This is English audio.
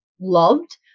loved